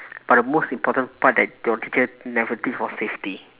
but the most important part that your teacher never teach was safety